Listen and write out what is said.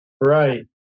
Right